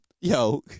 Yo